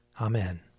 Amen